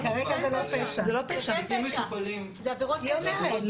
אבל עבירות של ארבע שנים זה עבירות פשע.